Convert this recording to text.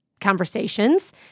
conversations